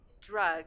drug